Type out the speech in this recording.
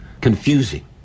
confusing